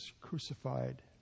crucified